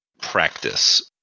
practice